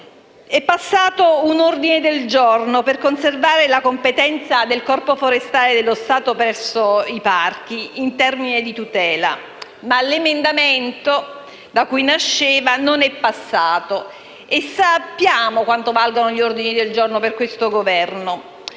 accolto un ordine del giorno per conservare la competenza del Corpo forestale dello Stato presso i parchi in termini di tutela, ma l'emendamento da cui traeva origine non è stato approvato (e sappiamo quanto peso hanno gli ordini del giorno per questo Governo).